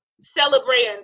celebrating